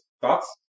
thoughts